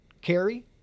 carry